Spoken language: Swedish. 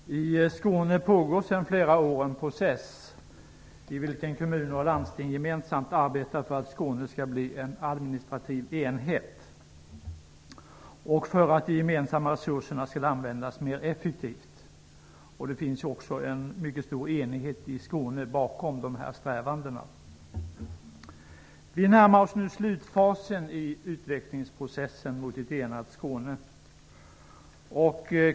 Fru talman! I Skåne pågår sedan flera år en process i vilken kommuner och landsting gemensamt arbetar för att Skåne skall bli en administrativ enhet och för att de gemensamma resurserna skall användas mer effektivt. Det finns också en mycket stor enighet i Skåne om dessa strävanden. Vi närmar oss nu slutfasen i utvecklingsprocessen mot "ett enat Skåne".